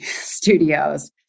studios